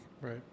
Right